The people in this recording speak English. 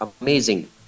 amazing